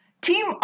Team